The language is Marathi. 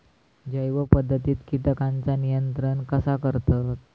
जैव पध्दतीत किटकांचा नियंत्रण कसा करतत?